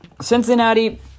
Cincinnati